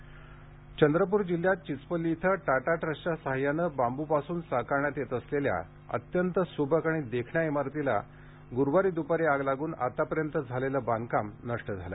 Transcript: बांब आग चंद्रपूर जिल्ह्यात चिचपल्ली इथं टाटा ट्रस्टच्या सहाय्यानं बांबूपासून साकारण्यात येत असलेल्या अत्यंत सुबक आणि देखण्या इमारतीला गुरूवारी दुपारी आग लागून आतापर्यंत झालेलं बांधकाम नष्ट झालं